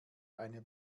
eine